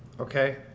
Okay